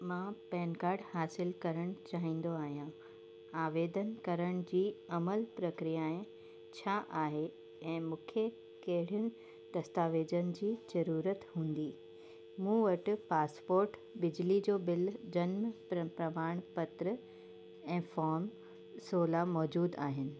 मां PAN card हासिलु करणु चाहींदो आहियां आवेदन करण जी अमल प्रक्रियाएं छा आहे ऐं मूंखे कहिड़ियुनि दस्तावेज़नि जी ज़रूरत हूंदी मूं वटि पासपोर्ट बिजली जो बिल जनमु प्र प्रमाणपत्र ऐं फ़ोर्म सवला मौजूद आहिनि